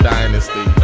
Dynasty